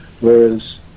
Whereas